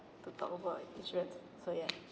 to talk about insurance so ya